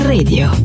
Radio